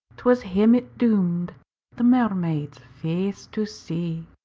twas him it doomed the mermaid's face to see.